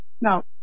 Now